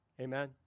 Amen